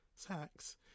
sex